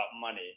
money